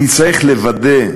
נצטרך לוודא,